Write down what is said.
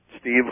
Steve